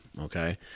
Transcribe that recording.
Okay